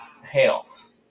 health